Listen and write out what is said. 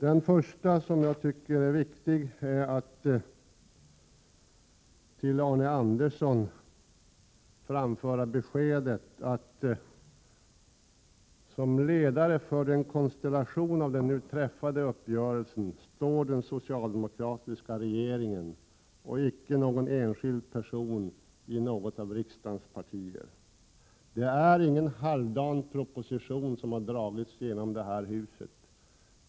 Jag tycker att det är viktigt att till Arne Andersson i Ljung framföra beskedet att som ledare för konstellationen i den nu träffade uppgörelsen står den socialdemokratiska regeringen — icke någon enskild person i något av riksdagens partier. Det är inte någon halvdan proposition som har dragits genom det här huset.